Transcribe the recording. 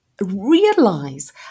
realize